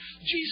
Jesus